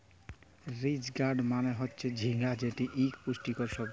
ridge gourd মালে হচ্যে ঝিঙ্গা যেটি ইক পুষ্টিকর সবজি